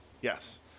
Yes